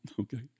okay